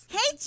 Hey